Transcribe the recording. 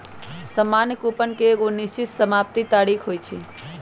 सामान्य कूपन के एगो निश्चित समाप्ति तारिख होइ छइ